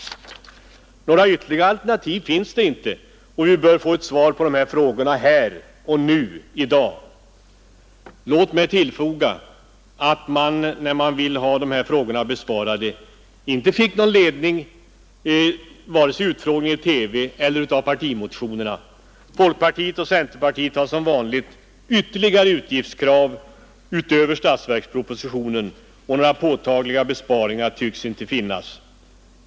Några ytterligare alternativ finns inte. Vi bör få ett svar på dessa frågor här och nu, i dag. Låt mig tillfoga att man när man ville ha dessa frågor besvarade inte fick någon ledning vare sig av utfrågningen i TV eller av partimotionerna. Folkpartiet och centerpartiet har som vanligt ytterligare utgiftskrav utöver statsverkspropositionens, och några påtagliga besparingar tycks inte finnas.